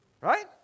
right